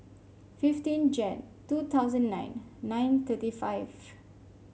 fifteen Jan two thousand nine nine thirty five